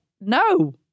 no